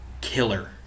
killer